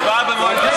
הצבעה במועד אחר.